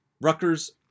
Rutgers